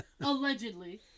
allegedly